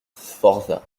sforza